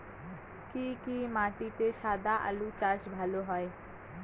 কি কি মাটিতে সাদা আলু চাষ ভালো হয়?